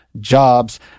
jobs